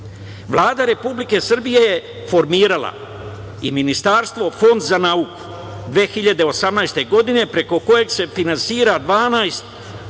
Vlada Republike Srbije je formirala i Ministarstvo Fond za nauku 2018. godine preko kojeg se finansira 12